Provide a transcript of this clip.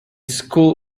school